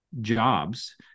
jobs